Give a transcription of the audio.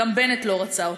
גם בנט לא רצה אותו.